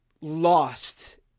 Lost